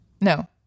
No